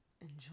enjoy